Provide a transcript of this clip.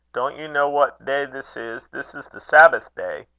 don't you know what day this is? this is the sabbath-day.